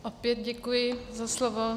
Opět děkuji za slovo.